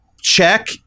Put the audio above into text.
check